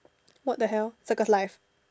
what the hell circles life